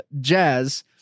Jazz